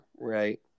right